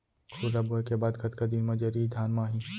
खुर्रा बोए के बाद कतका दिन म जरी धान म आही?